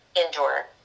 indoor